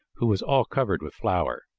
who was all covered with flour.